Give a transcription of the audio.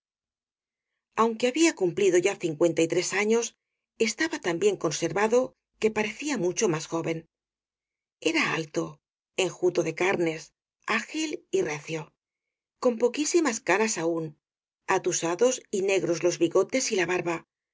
aunque había cumplido ya cincuenta y tres años estaba tan bien conservado que parecía mu cho más joven era alto enjuto de carnes ágil y recio con poquísimas canas aún atusados y ne gros los bigotes y la barba